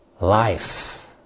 life